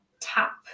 tap